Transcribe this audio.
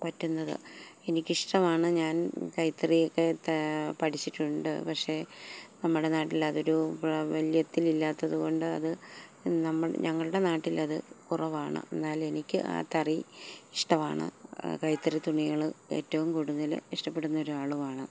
പറ്റുന്നത് എനിക്കിഷ്ടമാണ് ഞാൻ കൈത്തറിയൊക്കെ പഠിച്ചിട്ടുണ്ട് പക്ഷെ നമ്മുടെ നാട്ടിൽ അതൊരു പ്രാബല്യത്തില്ലാത്തത് കൊണ്ട് അത് ഞങ്ങളുടെ നാട്ടിലത് കുറവാണ് എന്നാലും എനിക്ക് ആ തറി ഇഷ്ടമാണ് കൈത്തറി തുണികള് ഏറ്റവും കൂടുതല് ഇഷ്ടപ്പെടുന്നൊരാളുമാണ്